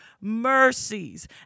mercies